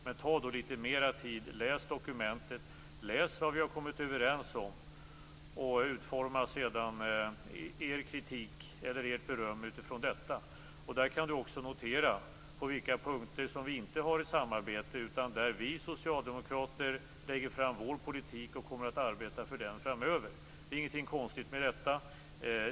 Men ta då litet mer tid, läs dokumentet, läs vad vi har kommit överens om och utforma sedan er kritik eller ert beröm utifrån detta. Då kan ni också notera på vilka punkter som vi inte har samarbete utan där vi socialdemokrater lägger fram vår politik och kommer att arbeta för den framöver. Det är ingenting konstigt med detta.